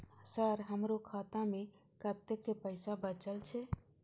Sir हमरो खाता में कतेक पैसा बचल छे?